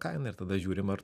kaina ir tada žiūrim ar